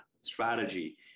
strategy